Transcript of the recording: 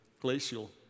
glacial